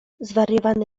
zwariowany